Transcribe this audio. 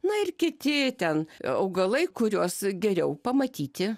na ir kiti ten augalai kuriuos geriau pamatyti